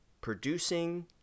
producing